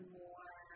more